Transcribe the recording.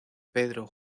pedro